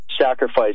sacrifice